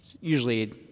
Usually